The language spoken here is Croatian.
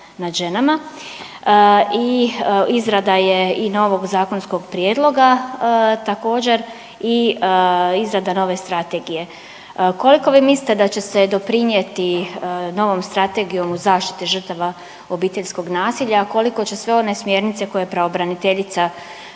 i izrada je i novog zakonskog prijedloga također i izrada nove strategije. Koliko vi mislite da će se doprinjeti novom strategijom u zaštiti žrtava obiteljskog nasilja, a koliko će sve one smjernice koje pravobraniteljica